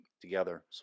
together